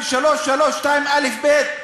של 332א(ב),